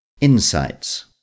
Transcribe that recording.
INSIGHTS